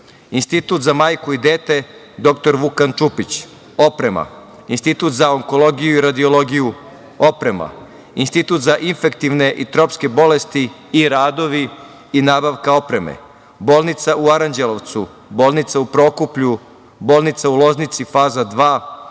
Institut za majku i dete „Dr Vukan Čupić“ – oprema, Institut za onkologiju i radiologiju – oprema, Institut za infektivne i tropske bolesti – i radovi i nabavka opreme, bolnica u Aranđelovcu, bolnica u Prokuplju, bolnica u Loznici – faza 2,